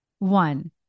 One